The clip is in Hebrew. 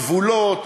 גבולות,